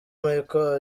micheal